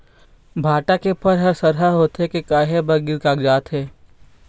भांटा के फर हर सरहा होथे के काहे बर गिर कागजात हे?